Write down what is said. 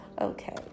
Okay